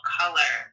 color